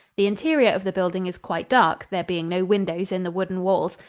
the interior of the building is quite dark, there being no windows in the wooden walls,